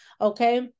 Okay